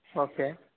okay